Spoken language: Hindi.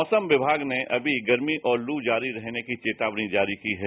मौसम विभाग ने अभी गर्मी और लू जारी रहने की चेतावनी जारी की है